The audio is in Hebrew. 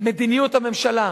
מדיניות הממשלה.